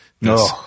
no